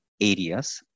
areas